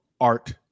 art